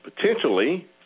potentially